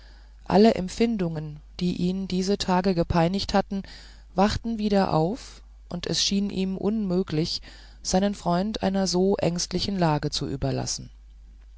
alle empfindungen die ihn diese tage gepeinigt hatten wachten wieder auf und es schien ihm unmöglich seinen freund einer so ängstlichen lage zu überlassen